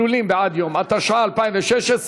התשע"ו 2016,